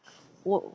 我